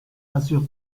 assure